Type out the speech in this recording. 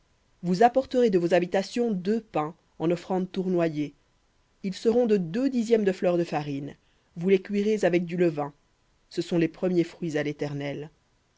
vous apporterez de vos habitations deux pains en offrande tournoyée ils seront de deux dixièmes de fleur de farine vous les cuirez avec du levain ce sont les premiers fruits à l'éternel